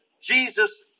Jesus